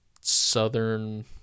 southern